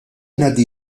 ngħaddi